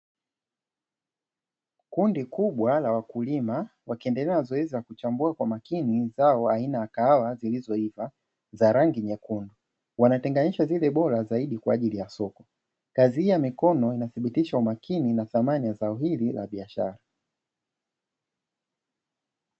Kundi kubwa la wakulima wakiendelea na zoezi la kuchambua kwa makini zao aina ya kahawa zilizoiva za rangi nyekundu, wanatenganisha zile bora zaidi kwa ajili ya soko. Kazi hii ya mikono inathibitisha umakini na thamani ya zao hili la biashara.